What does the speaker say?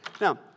Now